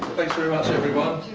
thanks very much everyone.